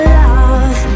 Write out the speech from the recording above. love